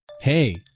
Hey